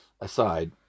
aside